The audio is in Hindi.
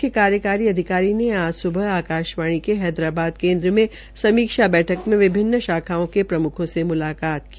मुख्य कार्यकारी अधिकारी ने आज सुबह आकाशवाणी के हैदराबाद केन्द्र में समीक्षा बैठक में विभिन्न शाखाओं के प्रमुखों से मुलाकात की